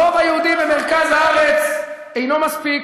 הרוב היהודי במרכז הארץ אינו מספיק,